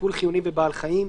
טיפול חיוני בבעל חיים,